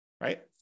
right